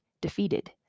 defeated